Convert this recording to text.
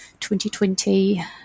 2020